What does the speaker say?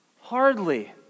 Hardly